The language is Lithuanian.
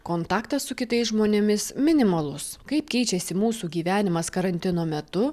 kontaktas su kitais žmonėmis minimalus kaip keičiasi mūsų gyvenimas karantino metu